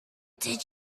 did